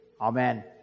Amen